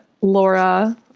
Laura